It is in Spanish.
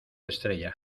estrella